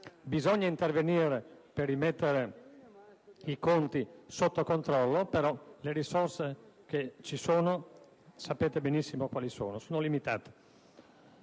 bisogna intervenire per rimettere in conti sotto controllo, e le risorse che ci sono, come sapete benissimo, sono limitate.